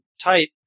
type